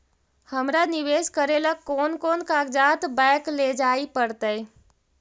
हमरा निवेश करे ल कोन कोन कागज बैक लेजाइ पड़तै?